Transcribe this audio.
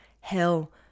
Hell